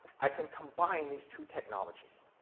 i can combine these two technologies.